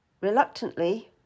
Reluctantly